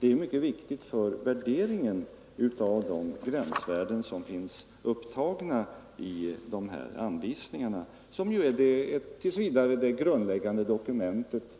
Det är mycket viktigt att veta det för bedömningen av de gränsvärden som finns upptagna i anvisningarna, vilka tills vidare är det grundläggande dokumentet